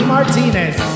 Martinez